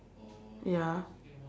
ya